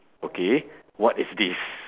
okay what is this